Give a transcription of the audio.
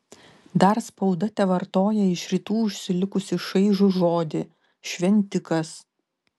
dar spauda tevartoja iš rytų užsilikusį šaižų žodį šventikas